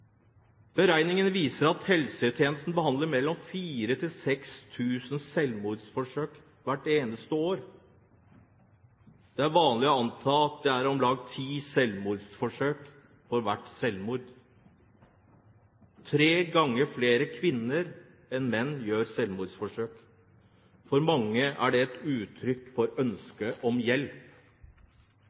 viser at helsetjenesten behandler 4 000–6 000 selvmordsforsøk hvert eneste år. Det er vanlig å anta at det er om lag ti selvmordsforsøk for hvert selvmord. Tre ganger flere kvinner enn menn gjør forsøk på selvmord. For mange er det et uttrykk for et ønske om hjelp.